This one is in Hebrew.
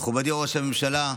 מכובדי ראש הממשלה,